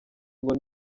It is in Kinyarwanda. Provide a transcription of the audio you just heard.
ngo